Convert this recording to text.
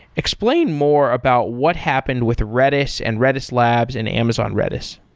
explain more about what happened with redis and redis labs and amazon redis.